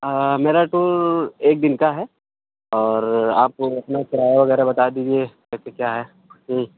میرا تو ایک دِن کا ہے اور آپ اپنا کرایہ وغیرہ بتا دیجیے کیسے کیا ہے